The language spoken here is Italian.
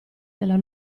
della